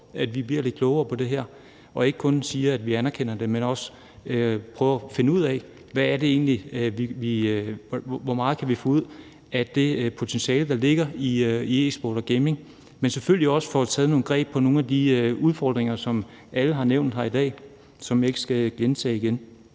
at vi bliver lidt klogere på det her, og at vi ikke kun siger, at vi anerkender det, men at vi også prøver at finde ud af, hvor meget vi kan få ud af det potentiale, der ligger inden for e-sport og gaming, og at vi selvfølgelig også får taget nogle greb om nogle af de udfordringer, som alle har nævnt her i dag, og som jeg ikke skal gentage igen.